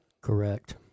Correct